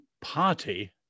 party